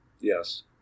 Yes